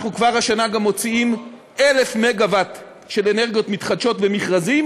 אנחנו כבר השנה גם מוציאים 1,000 מגה-ואט של אנרגיות מתחדשות במכרזים.